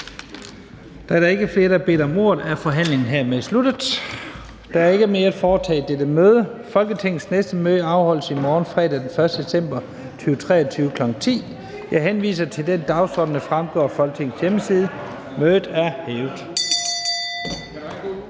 Meddelelser fra formanden Første næstformand (Leif Lahn Jensen): Der er ikke mere at foretage i dette møde. Folketingets næste møde afholdes i morgen, fredag den 1. december 2023, kl. 10.00. Jeg henviser til den dagsorden, der fremgår af Folketingets hjemmeside. Mødet er hævet.